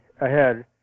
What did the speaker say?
ahead